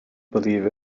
believe